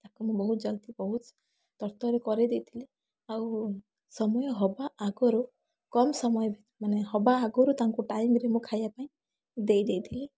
ତାକୁ ମୁଁ ବହୁତ ଜଲଦି ବହୁତ ତରତରରେ କରେଇଦେଇଥିଲି ଆଉ ସମୟ ହବା ଆଗରୁ କମ୍ ସମୟ ଭି ମାନେ ହବା ଆଗରୁ ତାଙ୍କୁ ଟାଇମରେ ମୁଁ ଖାଇବା ପାଇଁ ଦେଇଦେଇଥିଲି